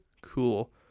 cool